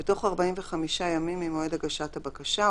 בתוך 45 ימים ממועד הגשת הבקשה,